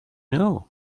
know